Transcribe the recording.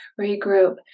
regroup